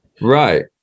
right